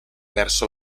verso